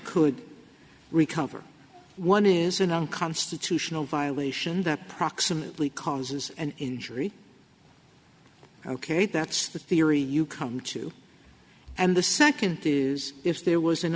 could recover one is an unconstitutional violation that proximately causes an injury ok that's the theory you come to and the second is if there was